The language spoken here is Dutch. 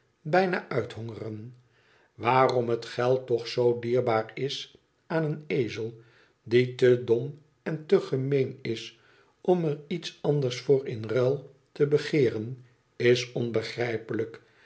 bijna uithongeren waarom het geld toch zoo dierbaar is aan een ezel die te dom en te gemeen is om er iets anders voor in ruil te begeeren is onbegrijpelijk